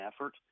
effort